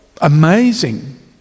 Amazing